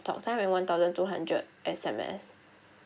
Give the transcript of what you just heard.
talktime and one thousand two hundred S_M_S